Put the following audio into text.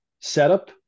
setup